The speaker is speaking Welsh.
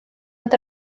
fod